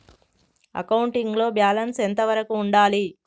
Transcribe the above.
Accounting లో balance ఎంత వరకు ఉండాలి?